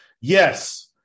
Yes